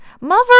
Mother